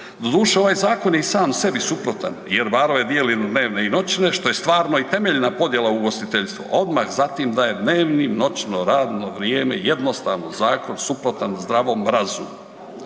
Doduše ovaj zakon je i sam sebi suprotan jer barove dijeli na dnevne i noćne što je stvarno i temeljna podjela u ugostiteljstvu, a onda zatim da je dnevni, noćno radno vrijeme jednostavno zakon suprotan zdravom razumu.